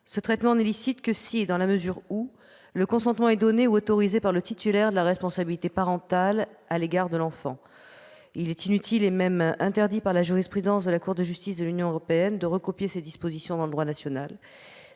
ce traitement n'est licite que si, et dans la mesure où, le consentement est donné ou autorisé par le titulaire de la responsabilité parentale à l'égard de l'enfant. » Or il est inutile et même interdit par la jurisprudence de la Cour de justice de l'Union européenne de recopier ces dispositions dans le droit national.